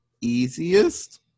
easiest